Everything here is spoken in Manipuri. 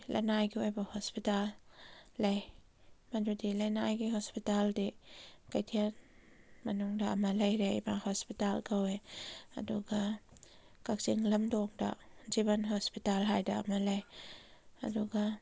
ꯂꯅꯥꯏꯒꯤ ꯑꯣꯏꯕ ꯍꯣꯁꯄꯤꯇꯥꯜ ꯂꯩ ꯃꯗꯨꯗꯤ ꯂꯅꯥꯏꯒꯤ ꯍꯣꯁꯄꯤꯇꯥꯜꯗꯤ ꯀꯩꯊꯦꯜ ꯃꯅꯨꯡꯗ ꯑꯃ ꯂꯩꯔꯦ ꯏꯃꯥ ꯍꯣꯁꯄꯤꯇꯥꯜ ꯀꯧꯋꯦ ꯑꯗꯨꯒ ꯀꯛꯆꯤꯡ ꯂꯝꯗꯣꯡꯗ ꯖꯤꯕꯟ ꯍꯣꯁꯄꯤꯇꯥꯜ ꯍꯥꯏꯗꯅ ꯑꯃ ꯂꯩ ꯑꯗꯨꯒ